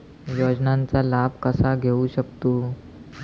योजनांचा लाभ कसा घेऊ शकतू?